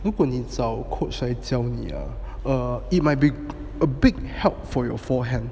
如果你找 coach 来教你啊 it might be a big help for your forehand